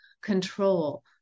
control